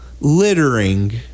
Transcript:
littering